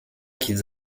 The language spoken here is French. qu’ils